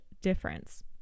difference